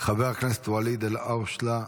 חבר הכנסת ואליד אלהַואשלָה,